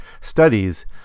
studies